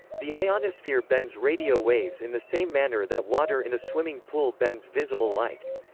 the ionosphere bends radio waves in the same manner that water in a swimming pool bends visible light.